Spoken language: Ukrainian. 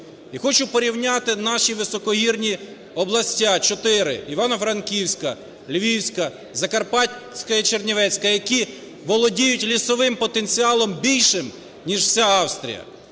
І хочу порівняти наші високогірні області, чотири: Івано-Франківська, Львівська, Закарпатська і Чернівецька, які володіють лісовим потенціалом більшим, ніж вся Австрія.